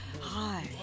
Hi